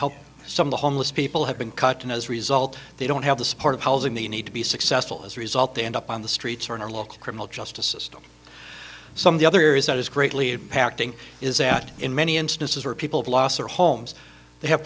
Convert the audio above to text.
help some the homeless people have been cut down as a result they don't have the support of housing the need to be successful as a result they end up on the streets or in our local criminal justice system some of the other is that is greatly impacted is that in many instances where people have lost their homes they have